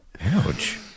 Ouch